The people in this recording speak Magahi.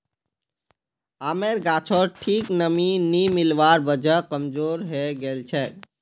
आमेर गाछोत ठीक नमीं नी मिलवार वजह कमजोर हैं गेलछेक